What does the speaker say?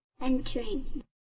entering